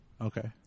Okay